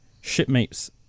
shipmates